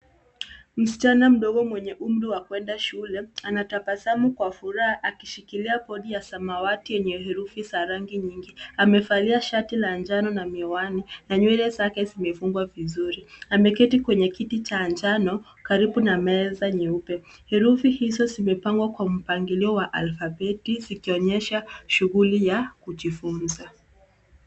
Msichana mdogo mwenye umri ya kuenda shule anatabasamu kwa furaha akishikilia bodi ya samawati enye herufi za rangi nyingi. Amevalia shati la njano na miwani na nywele zake zimefungwa vizuri. Ameketi kwenye kiti cha njano karibu na meza nyeupe. herufi hizo zimepangwa kwa mpangilio wa alfabeti zikionyesha shuguli ya kujifunza.